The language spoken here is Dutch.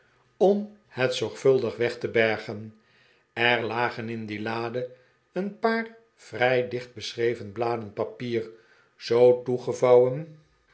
om het zorgvuldig weg te bergen er lagen in die lade een paar vrij dicht beschreven bladen papier zoo